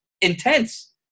intense